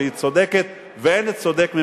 שהיא צודקת ואין צודק ממנה.